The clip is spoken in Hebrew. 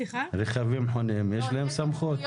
יש להם סמכות.